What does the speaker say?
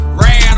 ran